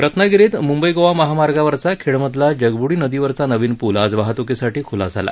रत्नागिरीत मुंबई गोवा महामार्गावरचा खेडमधला जगब्डी नदीवरचा नवीन पूल आज वाहत्कीसाठी ख्ला झाला